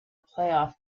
playoff